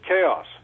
chaos